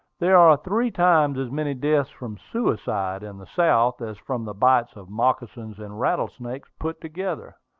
there are three times as many deaths from suicide in the south, as from the bites of moccasins and rattlesnakes put together.